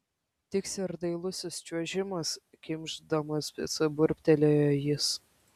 tiks ir dailusis čiuožimas kimšdamas picą burbtelėjo jis